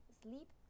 sleep